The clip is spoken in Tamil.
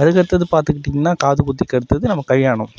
அதுக்கடுத்தது பார்த்துக் கிட்டீங்கன்னா காது குத்துக்கு அடுத்தது நம்ம கல்யாணம்